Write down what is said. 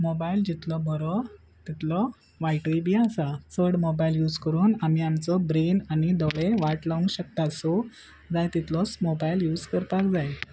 mobile जितलो बरो तितलो वायटूय बी आसा चड मोबायल यूज करून आमी आमचो ब्रेन आनी दोळे वाट लावंक शकता सो जाय तितलोच मोबायल यूज करपाक जाय